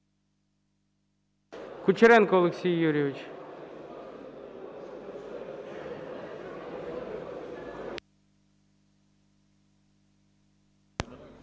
Кучеренко Олексій Юрійович.